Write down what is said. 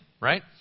right